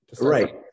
Right